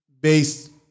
based